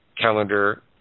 calendar